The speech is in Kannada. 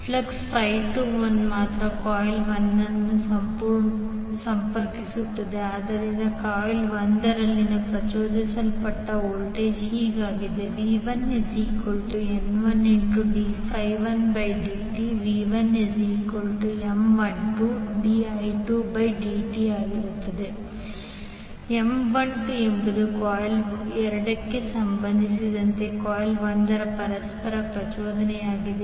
ಫ್ಲಕ್ಸ್ 21 ಮಾತ್ರ ಕಾಯಿಲ್ 1 ಅನ್ನು ಸಂಪರ್ಕಿಸುತ್ತದೆ ಆದ್ದರಿಂದ ಕಾಯಿಲ್ 1 ರಲ್ಲಿ ಪ್ರಚೋದಿಸಲ್ಪಟ್ಟ ವೋಲ್ಟೇಜ್ ಆಗಿದೆ v1N1d21dtN1d21di2di2dtM12di2dt M12 ಎಂಬುದು ಕಾಯಿಲ್ 2 ಗೆ ಸಂಬಂಧಿಸಿದಂತೆ ಕಾಯಿಲ್ 1 ರ ಪರಸ್ಪರ ಪ್ರಚೋದನೆಯಾಗಿದೆ